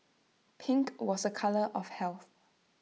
pink was A colour of health